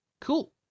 cool